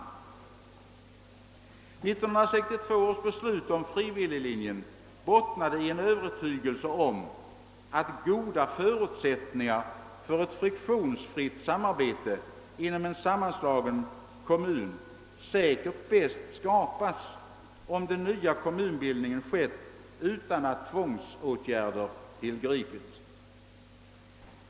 1962 års beslut om frivilliglinjen bottnade i en övertygelse om att förutsättningar för ett friktionsfritt samarbete inom en sammanslagen kommun bäst skapas om den nya kommunbildningen kan ske utan att tvångsåtgärder tillgripes.